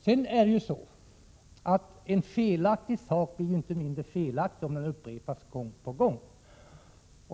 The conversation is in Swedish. Sedan är det ju så att en felaktig sak inte blir mindre felaktig för att den upprepas gång på gång.